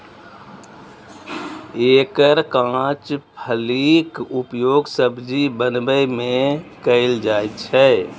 एकर कांच फलीक उपयोग सब्जी बनबै मे कैल जाइ छै